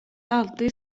alltid